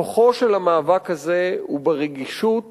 כוחו של המאבק הזה הוא ברגישות